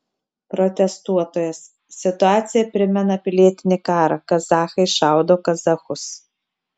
protestuotojas situacija primena pilietinį karą kazachai šaudo kazachus